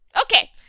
Okay